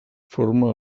forma